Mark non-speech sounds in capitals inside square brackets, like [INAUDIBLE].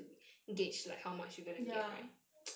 ya [NOISE]